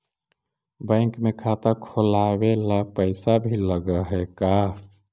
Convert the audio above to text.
Bank में खाता खोलाबे ल पैसा भी लग है का?